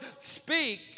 speak